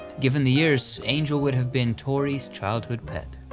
given the years angel would have been tori's childhood pet.